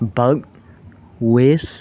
bulk waste